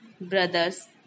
Brothers